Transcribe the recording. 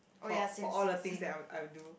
for for all the things that I wou~ I would do